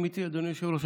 אדוני היושב-ראש,